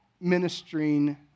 ministering